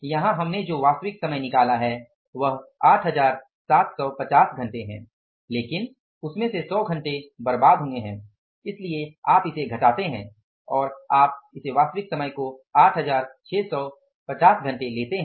यहां हमने जो वास्तविक समय निकाला है वह 8750 घंटे है लेकिन उसमें से 100 घंटे बर्बाद हुए हैं इसलिए आप इसे घटाते हैं और आप इसे 8650 लेते हैं